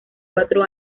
cuatro